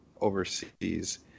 overseas